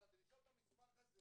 אבל דרישות המסמך הזה